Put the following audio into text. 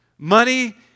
Money